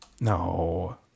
no